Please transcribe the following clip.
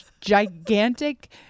gigantic